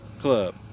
club